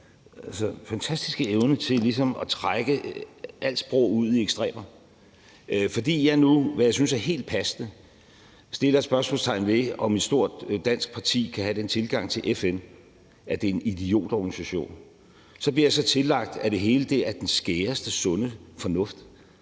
fantastiske evne til ligesom at trække alt sprog ud i ekstremer. Fordi jeg nu, hvilket jeg synes er helt passende, sætter spørgsmålstegn ved, om et stort dansk parti kan have den tilgang til FN, at det er en idiotorganisation, så bliver jeg nu tillagt, at det hele er den skæreste og sundeste fornuft.